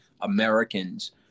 Americans